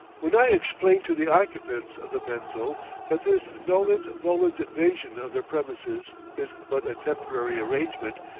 when i explain to the occupants of the menzil that this nolens volens invasion of their premises is but a temporary arrangement,